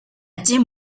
dim